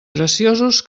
graciosos